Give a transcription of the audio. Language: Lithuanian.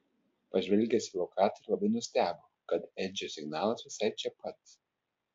pažvelgęs į lokatorių labai nustebo kad edžio signalas visai čia pat